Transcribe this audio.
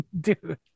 dude